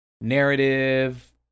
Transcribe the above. narrative